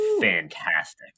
fantastic